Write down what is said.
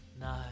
No